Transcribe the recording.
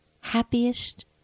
happiest